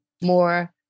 More